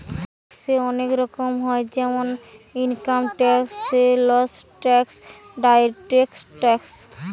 ট্যাক্সে অনেক রকম হয় যেমন income tax, sales tax, direct tax